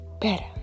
better